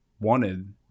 wanted